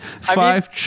five